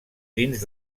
dins